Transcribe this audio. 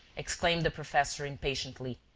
exclaimed the professor, impatiently.